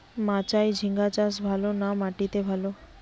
মাচায় ঝিঙ্গা চাষ ভালো না মাটিতে ভালো?